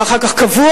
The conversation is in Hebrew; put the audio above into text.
ואחר כך קבוע,